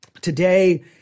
Today